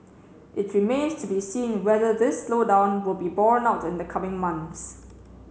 it remains to be seen whether this slowdown will be borne out in the coming months